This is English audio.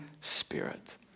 Spirit